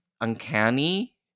uncanny